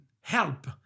help